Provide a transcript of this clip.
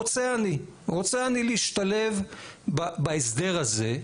רוצה אני להשתלב בהסדר הזה.